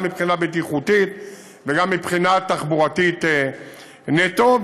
גם מבחינה בטיחותית וגם מבחינה תחבורתית נטו,